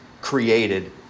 created